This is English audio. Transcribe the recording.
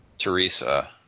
Teresa